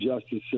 justice